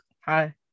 Hi